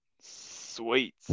Sweet